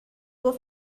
گفت